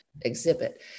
exhibit